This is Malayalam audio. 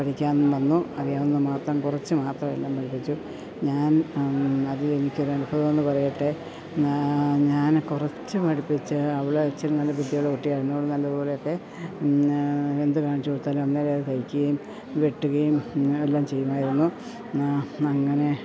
പഠിക്കാൻ വന്നു അറിയാവുന്നതു മാത്രം കുറച്ച് മാത്രം എല്ലാം പഠിപ്പിച്ചു ഞാൻ അത് എനിക്കൊരനുഭവമെന്നു പറയട്ടെ ഞാൻ കുറച്ച് പഠിപ്പിച്ച് അവൾ ഇച്ചിരി നല്ല ബുദ്ധിയുള്ള കുട്ടിയായിരുന്നു അവൾ നല്ല പോലെയൊക്കെ എന്തു കാണിച്ചു കൊടുത്താലും അന്നേരം അതു തയ്ക്കുകയും വെട്ടുകയും എല്ലാം ചെയ്യുമായിരുന്നു അങ്ങനെ